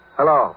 Hello